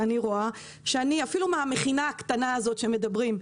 אפילו מהמכינה הקטנה הזאת שמדברים.